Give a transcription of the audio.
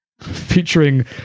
featuring